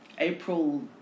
April